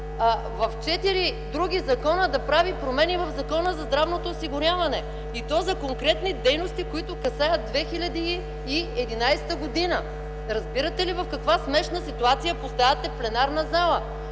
в четири други закона да прави промени в Закона за здравното осигуряване, и то за конкретни дейности, които касаят 2011 г. Разбирате ли в каква смешна ситуация поставяте пленарна зала